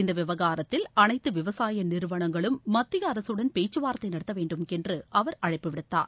இந்த விவகாரத்தில் அனைத்து விவசாய நிறுவனங்களும் மத்திய அரசுடன் பேச்சுவார்த்தை நடத்த வேண்டும் என்று அவர் அழைப்பு விடுத்தார்